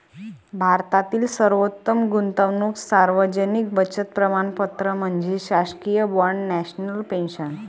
भारतातील सर्वोत्तम गुंतवणूक सार्वजनिक बचत प्रमाणपत्र म्हणजे शासकीय बाँड नॅशनल पेन्शन